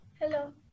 Hello